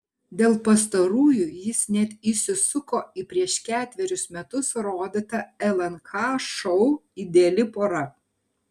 dėl pastarųjų jis net įsisuko į prieš ketverius metus rodytą lnk šou ideali pora